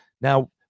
Now